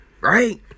right